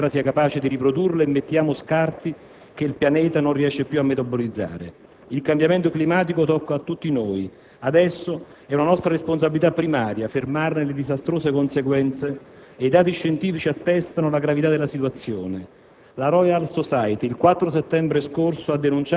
Consumiamo le risorse più velocemente di quanto la terra sia capace di riprodurle e immettiamo scarti che il pianeta non riesce più a metabolizzare. Il cambiamento climatico tocca tutti noi. Adesso è una nostra responsabilità primaria fermarne le disastrose conseguenze e i dati scientifici attestano la gravità della situazione.